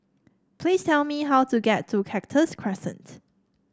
please tell me how to get to Cactus Crescent